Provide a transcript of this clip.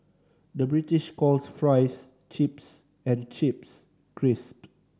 the British calls fries chips and chips crisp